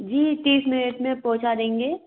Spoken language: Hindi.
जी तीस मिनट में पहुँचा देंगे